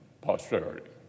posterity